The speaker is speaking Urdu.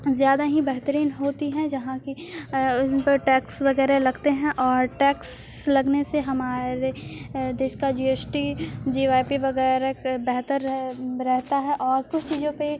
زیادہ ہی بہترین ہوتی ہیں جہاں کی ان پر ٹیکس وغیرہ لگتے ہیں اور ٹیکس لگنے سے ہمارے دیش کا G S T G Y P وغیرہ بہتر رہ رہتا ہے اور کچھ چیزوں پہ